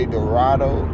Dorado